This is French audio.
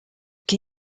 quai